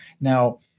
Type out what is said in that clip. Now